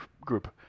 group